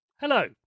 hello